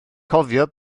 cofio